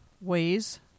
ways